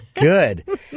good